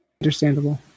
Understandable